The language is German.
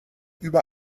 über